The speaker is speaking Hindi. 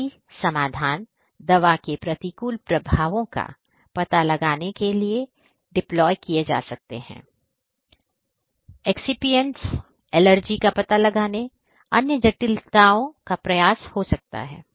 IoT समाधान दवा के प्रतिकूल प्रभावों का पता लगाने के लिए डिप्लोय भी किया जा सकता है एक्सिपिएंट्स एलर्जी का पता लगाने अन्य जटिलताओं का प्रयास हो सकता है